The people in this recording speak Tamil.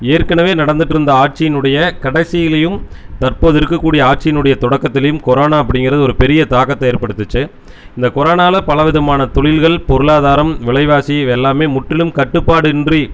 ஏற்கனவே நடந்துட்டிருந்த ஆட்சினுடைய கடைசிலேயும் தற்போது இருக்க கூடிய ஆட்சினுடைய தொடக்கத்திலேயும் கொரோனா அப்படிங்கிறது ஒரு பெரிய தாக்கத்தை ஏற்படுத்துச்சு இந்த கொரோனாவில் பல விதமான தொழில்கள் பொருளாதாரம் விலைவாசி இவையெல்லாம் முற்றிலும் கட்டுப்பாடின்றி